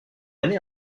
année